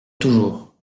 toujours